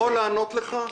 אני יכול לענות לך?